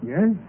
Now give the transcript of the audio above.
Yes